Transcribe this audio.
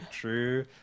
true